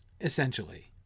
essentially